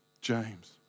James